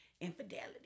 infidelity